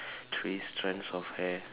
three strands of hair